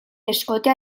escote